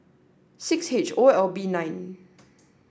six H O L B nine